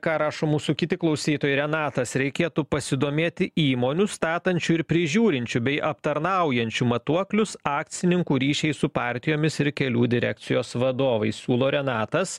ką rašo mūsų kiti klausytojai renatas reikėtų pasidomėti įmonių statančių ir prižiūrinčių bei aptarnaujančių matuoklius akcininkų ryšiai su partijomis ir kelių direkcijos vadovais siūlo renatas